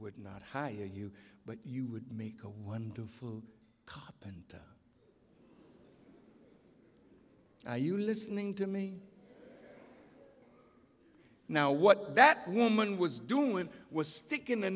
would not hire you but you would make a wonderful koppen are you listening to me now what that woman was doing was sticking a